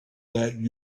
that